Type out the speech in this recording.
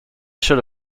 should